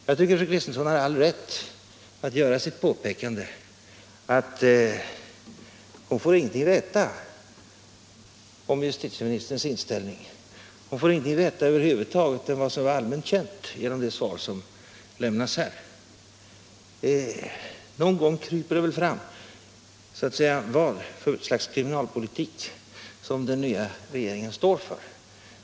Jag tycker att fru Kristensson har alldeles rätt i sitt påpekande att hon inte får veta någonting om justitieministerns inställning. Hon får ingenting veta över huvud taget om vad som är allmänt känt genom det svar som lämnas här. Någon gång kryper det väl fram vad för slags kriminalpolitik den nya regeringen står för.